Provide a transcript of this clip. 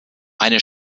eine